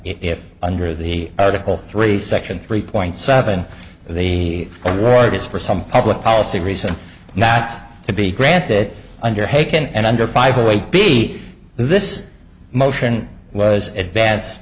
if under the article three section three point seven the reuters for some public policy reason not to be granted under hakan and under five or wait be this motion was advance